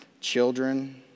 children